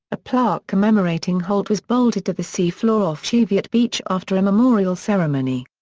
a plaque commemorating holt was bolted to the seafloor off cheviot beach after a memorial ceremony.